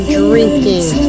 drinking